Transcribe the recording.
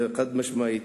וזה חד-משמעי.